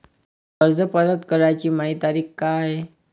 कर्ज परत कराची मायी तारीख का हाय?